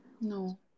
No